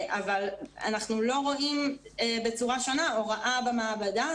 אבל אנחנו לא רואים בצורה שונה הוראה במעבדה